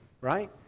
right